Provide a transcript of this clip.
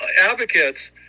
advocates